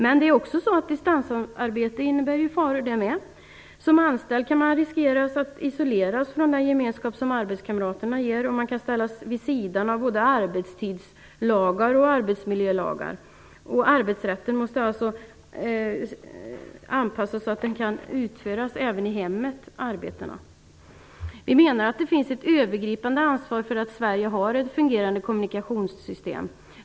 Men distansarbete innebär ju även faror. Som anställd kan man riskera att isoleras från den gemenskap som arbetskamraterna ger, och man kan ställas vid sidan av både arbetstidslagar och arbetsmiljölagar. Arbetsrätten måste alltså anpassas så att arbetena även kan utföras i hemmet. Vi menar att det finns ett övergripande ansvar för att Sverige har ett fungerande kommunikationssystem.